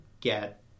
get